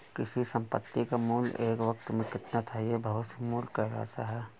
किसी संपत्ति का मूल्य एक वक़्त में कितना था यह भविष्य मूल्य कहलाता है